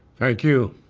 thank you.